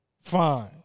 fine